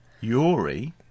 Yuri